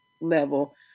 level